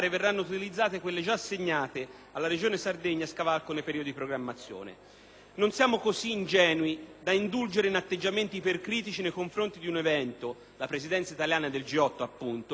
Non siamo così ingenui da indulgere in atteggiamenti ipercritici nei confronti di un evento, la Presidenza italiana del G8, il cui costo potrebbe apparire sproporzionato rispetto alla sua effettiva durata,